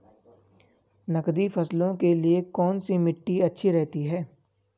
नकदी फसलों के लिए कौन सी मिट्टी अच्छी रहती है?